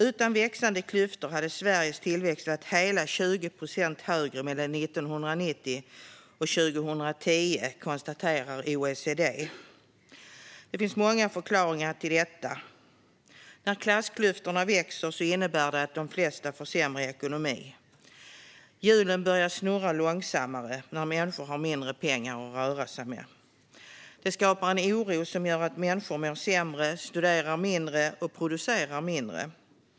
Utan växande klyftor hade Sveriges tillväxt varit hela 20 procent högre mellan 1990 och 2010, konstaterar OECD. Det finns många förklaringar till detta. När klassklyftorna växer innebär det att de flesta får sämre ekonomi. Hjulen börjar snurra långsammare när människor har mindre pengar att röra sig med. Det skapar en oro som gör att människor mår sämre, studerar mindre och producerar mindre.